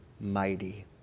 mighty